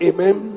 Amen